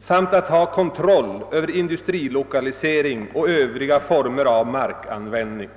samt att ha kontroll över industrilokalisering och övriga former av markanvändning.